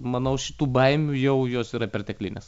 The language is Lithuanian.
manau šitų baimių jau jos yra perteklinės